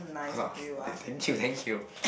!wah! thank you thank you